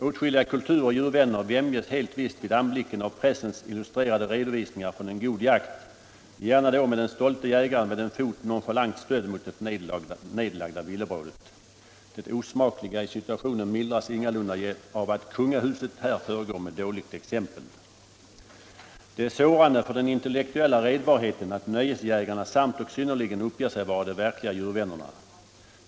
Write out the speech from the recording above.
Åtskilliga kulturoch djurvänner vämjes helt visst vid anblicken av pressens illustrerade redovisningar från en god jakt, gärna då med den stolte jägaren med en fot nonchalant stödd mot det nedlagda villebrådet. Det osmakliga i situationen mildras ingalunda av att kungahuset här föregår med dåligt exempel. Det är sårande för den intellektuella redbarheten att nöjesjägarna samt och synnerligen uppger sig vara de verkliga djurvännerna.